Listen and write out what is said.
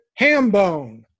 Hambone